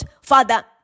father